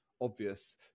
obvious